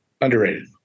Underrated